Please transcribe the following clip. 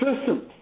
system